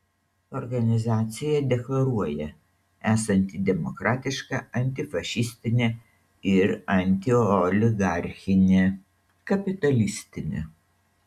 organizacija deklaruoja esanti demokratiška antifašistinė ir antioligarchinė kapitalistinė